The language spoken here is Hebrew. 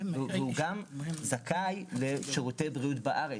והוא גם זכאי לשירותי בריאות בארץ.